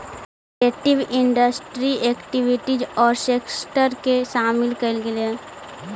cultural entrepreneurship में creative industry activities औउर sector के शामिल कईल गेलई हई